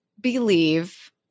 believe